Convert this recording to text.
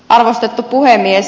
arvostettu puhemies